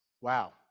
wow